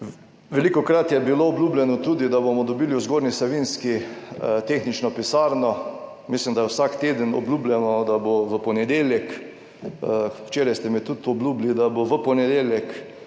Velikokrat je bilo obljubljeno tudi, da bomo dobili v Zgornji Savinjski tehnično pisarno. Mislim, da je vsak teden obljubljeno, da bo v ponedeljek, včeraj ste mi tudi obljubili, da bo v ponedeljek.